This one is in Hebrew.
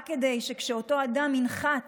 רק כדי שכשאותו אדם ינחת